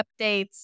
updates